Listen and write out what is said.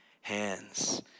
hands